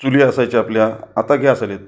चुली असायच्या आपल्या आता गॅस आलेत